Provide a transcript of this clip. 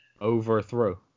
Overthrow